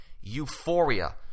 euphoria